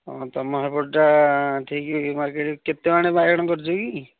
ହଁ ତୁମ ସେପଟଟା ଠିକ୍ ମାର୍କେଟ୍ କେତେ ମାଣେ ବାଇଗଣ କରିଛ କି